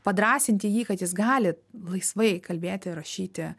padrąsinti jį kad jis gali laisvai kalbėti ir rašyti